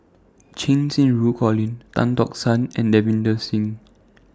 Cheng Xinru Colin Tan Tock San and Davinder Singh